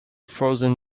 frozen